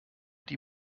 die